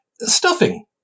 stuffing